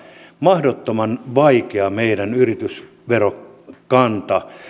mahdottoman vaikea on meidän yritysverokanta